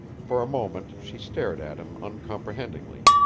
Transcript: for a moment she stared at him uncomprehendingly,